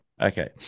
Okay